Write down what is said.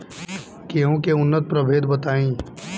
गेंहू के उन्नत प्रभेद बताई?